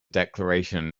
declaration